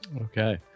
Okay